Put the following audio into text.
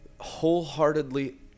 wholeheartedly